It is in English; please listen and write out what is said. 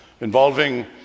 involving